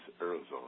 Arizona